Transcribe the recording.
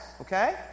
Okay